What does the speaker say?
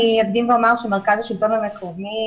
אני אקדים ואומר שמרכז השלטון המקומי